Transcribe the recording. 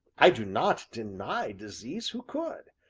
i do not deny disease who could?